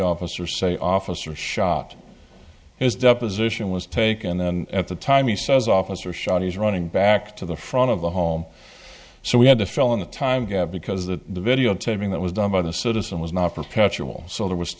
officer say officer shot his deposition was taken and at the time he says officer shot he's running back to the front of the home so we had to fill in the time because the videotaping that was done by the citizen was not perpetual so there was